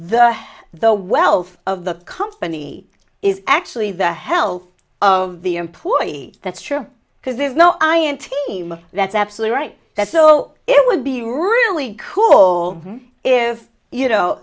the the wealth of the company is actually the health of the employee that's true because there's no i in team that's absolutely right that's so it would be really cool or if you know